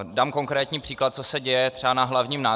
Dám konkrétní příklad, co se děje třeba na Hlavním nádraží.